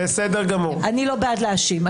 אני לא בעד להאשים,